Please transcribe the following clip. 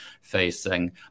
facing